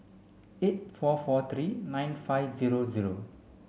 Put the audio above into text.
eight four four three nine five zero zero